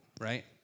right